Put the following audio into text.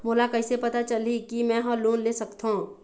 मोला कइसे पता चलही कि मैं ह लोन ले सकथों?